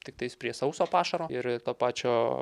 tiktai prie sauso pašaro ir to pačio